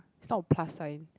it's not a plus sign